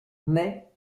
naît